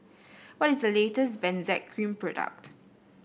what is the latest Benzac Cream product